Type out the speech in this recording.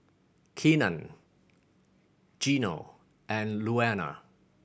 Keenan Gino and Louanna